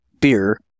beer